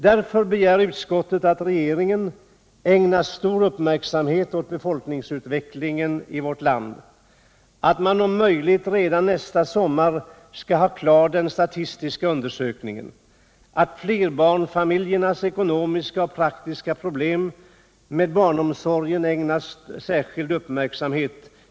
Därför begär utskottet att regeringen ägnar stor uppmärksamhet åt befolkningsutvecklingen i vårt land: att man om möjligt redan nästa sommar skall ha den statistiska undersökningen klar och att flerbarnsfamiljernas ekonomiska och praktiska problem med barnomsorgen ägnas särskild uppmärksamhet.